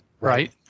right